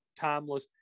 Timeless